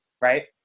right